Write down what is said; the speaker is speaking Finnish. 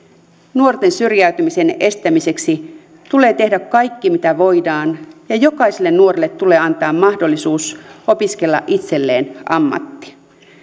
nuorten syrjäytymisen estämiseksi tulee tehdä kaikki mitä voidaan ja jokaiselle nuorelle tulee antaa mahdollisuus opiskella itselleen ammatti